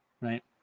Right